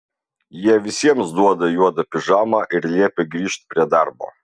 jie visiems duoda juodą pižamą ir liepia grįžt prie darbo